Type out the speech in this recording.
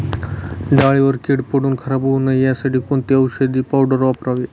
डाळीवर कीड पडून खराब होऊ नये यासाठी कोणती औषधी पावडर वापरावी?